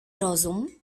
rozum